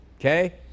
Okay